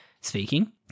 speaking